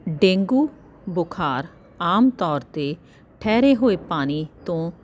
dengue ਬੁਖਾਰ ਆਮ ਤੌਰ 'ਤੇ ਠਹਿਰੇ ਹੋਏ ਪਾਣੀ ਤੋਂ